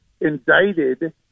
indicted